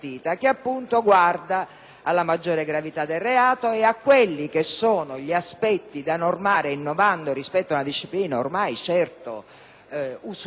alla maggiore gravità del reato e agli aspetti da normare innovando rispetto a una disciplina ormai certo usurata dal tempo